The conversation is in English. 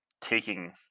taking